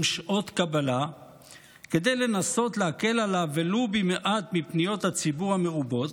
שעות קבלה כדי לנסות להקל עליו ולו במעט מפניות הציבור המרובות,